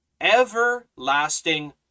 everlasting